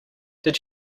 did